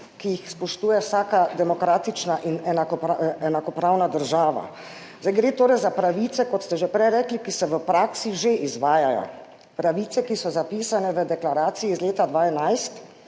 ki jih spoštuje vsaka demokratična in enakopravna država. Gre torej za pravice, kot ste že prej rekli, ki se v praksi že izvajajo. Pravice, ki so zapisane v deklaraciji iz leta 2011,